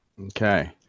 Okay